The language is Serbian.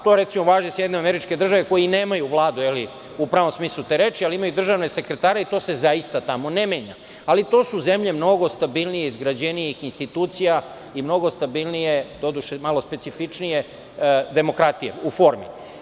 To, recimo, važi za SAD, koji nemaju vladu u pravom smislu te reči, ali imaju državne sekretare i to se tamo zaista ne menja, ali to su zemlje mnogo stabilnije i izgrađenijih institucija i mnogo stabilnije, doduše malo specifičnije, demokratije u formi.